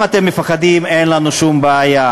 אם אתם מפחדים, אין לנו שום בעיה.